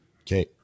Okay